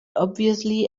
obviously